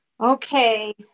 Okay